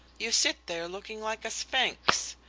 you sit there looking like a sphinx.